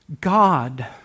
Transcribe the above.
God